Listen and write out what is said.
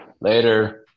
Later